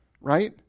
right